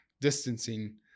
distancing